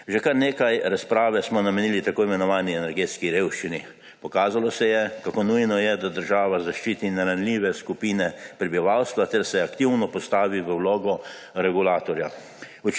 Že kar nekaj razprave smo namenili tako imenovani energetski revščini. Pokazalo se je, kako nujno je, da država zaščiti ranljive skupine prebivalstva ter se aktivno postavi v vlogo regulatorja.